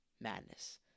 Madness